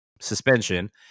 suspension –